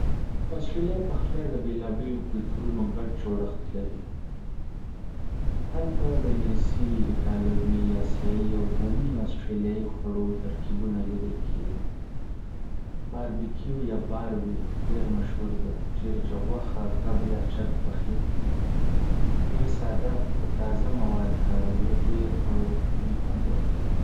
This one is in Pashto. د آسټرالیا پخلی د بېلابېلو کلتورونو ګډ جوړښت لري. هلته د انګلیسي، ایټالوي، آسیايي، او بومي استرالیایي خوړو ترکیبونه لیدل کېږي. باربیکیو یا "باربي" ډېر مشهور دی، چیرې چې غوښه، کب، یا چرګ پخېږي. دوی ساده، خو تازه مواد کاروي او ډېر خوړو ته طبیعي خوند ورکوي.